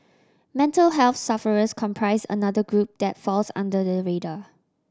mental health sufferers comprise another group that falls under the radar